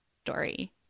story